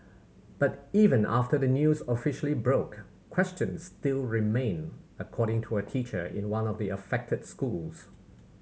but even after the news officially broke questions still remain according to a teacher in one of the affected schools